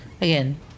again